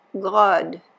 God